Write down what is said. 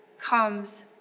comes